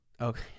Okay